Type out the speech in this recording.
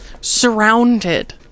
surrounded